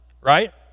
right